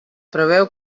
preveu